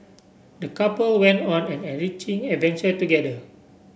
the couple went on an enriching adventure together